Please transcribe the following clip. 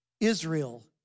Israel